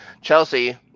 Chelsea